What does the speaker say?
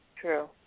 True